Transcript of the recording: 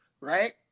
Right